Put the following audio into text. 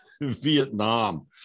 Vietnam